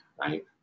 right